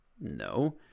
No